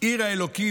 עיר האלוהים,